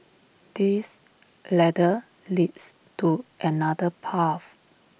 this ladder leads to another path